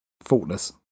faultless